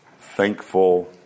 thankful